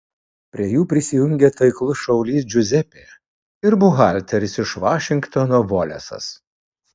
prie jų prisijungia taiklus šaulys džiuzepė ir buhalteris iš vašingtono volesas